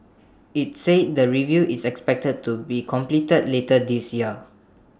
IT said the review is expected to be completed later this year